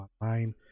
online